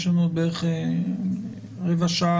יש לנו עוד בערך רבע שעה,